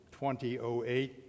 2008